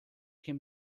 can